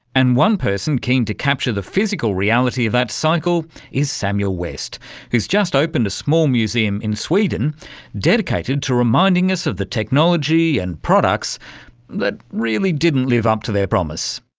and one person keen to capture the physical reality of that cycle is samuel west who's just opened a small museum in sweden dedicated to reminding us of the technology and products that really didn't live up to their promise.